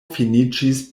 finiĝis